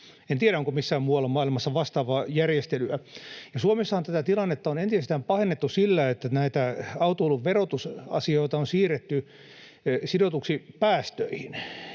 En tiedä, onko missään muualla maailmassa vastaavaa järjestelyä. Suomessahan tätä tilannetta on entisestään pahennettu sillä, että näitä autoilun verotusasioita on siirretty sidotuksi päästöihin,